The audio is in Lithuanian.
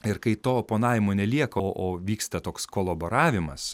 ir kai to oponavimo nelieka o o vyksta toks kolaboravimas